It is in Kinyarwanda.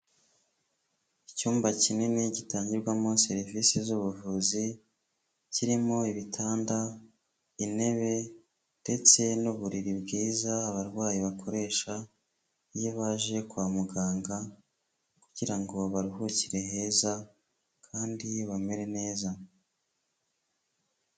Icyumba kinini gitangirwamo serivisi z'ubuvuzi kirimo ibitanda, intebe, ndetse n'uburiri bwiza abarwayi bakoresha iyo baje kwa muganga kugirango ngo baruhukire heza kandi bamere neza.